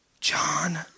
John